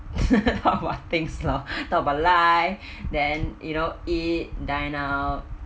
talk about things loh talk about life then you know eat dine out